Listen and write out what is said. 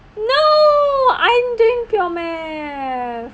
no I'm doing pure mathematics